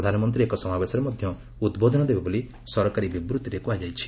ପ୍ରଧାନମନ୍ତ୍ରୀ ଏକ ସମାବେଶରେ ମଧ୍ୟ ଉଦ୍ବୋଧନ ଦେବେ ବୋଲି ସରକାରୀ ବିବୃତ୍ତିରେ କୁହାଯାଇଛି